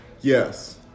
Yes